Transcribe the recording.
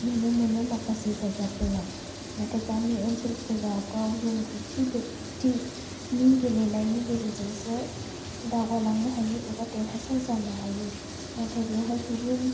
नुनो मोनो माखासे जायगाफोराव नाथाय गामि ओनसोलफोराव गाव रोंगौथि बेक्तिनि गेलेनायनि गेजेरजोंसो दावगालांनो हायो एबा देरहासार जानो हायो नाथाय बेवहाय गुबुन